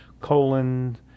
colon